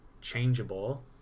changeable